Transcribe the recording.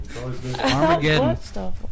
Armageddon